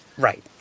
Right